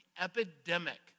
epidemic